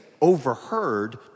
overheard